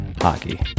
hockey